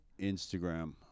Instagram